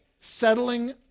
settling